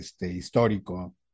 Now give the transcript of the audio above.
histórico